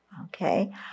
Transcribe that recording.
Okay